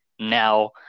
now